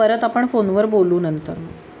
परत आपण फोनवर बोलू नंतर